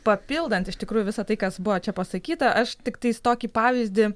papildant iš tikrųjų visa tai kas buvo čia pasakyta aš tiktais tokį pavyzdį